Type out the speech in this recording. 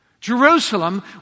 Jerusalem